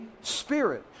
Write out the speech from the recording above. Spirit